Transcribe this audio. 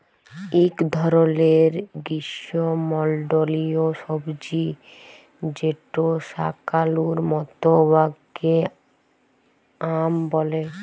ইক ধরলের গিস্যমল্ডলীয় সবজি যেট শাকালুর মত উয়াকে য়াম ব্যলে